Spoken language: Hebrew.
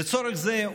לצורך זה,